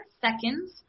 seconds